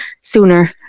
sooner